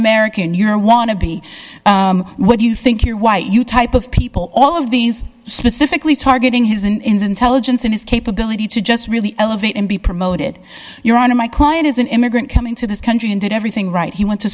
american you're a wannabe what do you think you're white you type of people all of these specifically targeting his in intelligence in his capability to just really elevate and be promoted your honor my client is an immigrant coming to this country and did everything right he went to